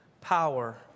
power